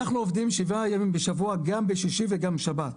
אנחנו עובדים שבעה ימים בשבוע גם בשישי וגם בשבת,